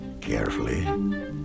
carefully